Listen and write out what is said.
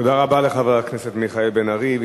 תודה רבה לחבר הכנסת מיכאל בן-ארי.